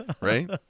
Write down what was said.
Right